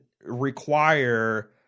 require